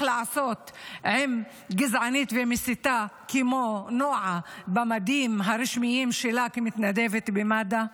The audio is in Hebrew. לעשות עם גזענית ומסיתה כמו נועה במדים הרשמיים שלה כמתנדבת במד"א.